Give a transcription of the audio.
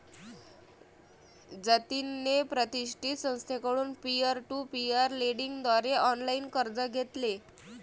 जतिनने प्रतिष्ठित संस्थेकडून पीअर टू पीअर लेंडिंग द्वारे ऑनलाइन कर्ज घेतले